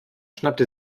schnappte